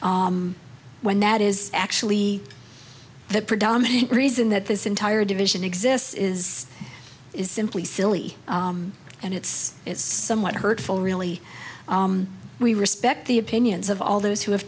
when that is actually the predominant reason that this entire division exists is is simply silly and it's it's somewhat hurtful really we respect the opinions of all those who have